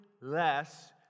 less